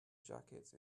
jacket